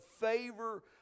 favor